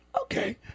Okay